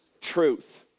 truth